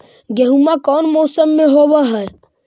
गेहूमा कौन मौसम में होब है?